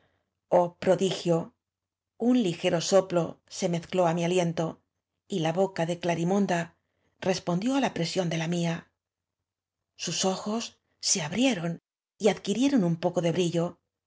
oh prodigio un ligero soplo se mezcló á mi aliento y la boca de glarimonda respoadió á la presión de la mía sus ojos se abrieron y adquirieron un poco de brillo